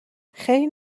خیر